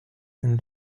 and